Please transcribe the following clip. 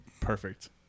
Perfect